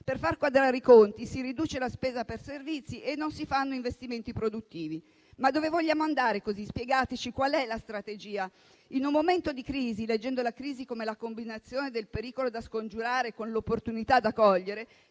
Per far quadrare i conti, si riduce la spesa per servizi e non si fanno investimenti produttivi. Ma dove vogliamo andare così? Spiegateci qual è la strategia. In un momento di crisi, leggendo la crisi come la combinazione del pericolo da scongiurare con l'opportunità da cogliere,